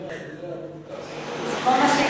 אני שומע.